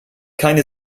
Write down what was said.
keine